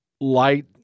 light